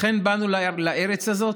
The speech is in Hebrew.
לכן באנו לארץ הזאת,